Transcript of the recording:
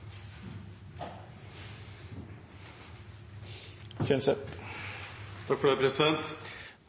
Kjenseth for så vidt på det.